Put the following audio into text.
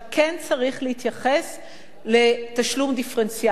כן צריך להתייחס לתשלום דיפרנציאלי.